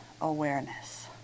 awareness